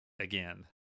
again